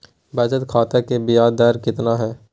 बचत खाता के बियाज दर कितना है?